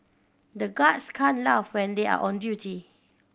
the guards can't laugh when they are on duty